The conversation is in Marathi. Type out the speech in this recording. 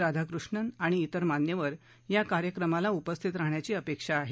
राधाकृष्णन आणि तेर मान्यवर या कार्यक्रमाला उपस्थित राहण्याची अपेक्षा आहे